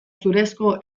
zurezko